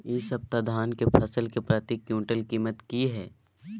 इ सप्ताह धान के फसल के प्रति क्विंटल कीमत की हय?